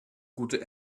gute